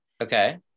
Okay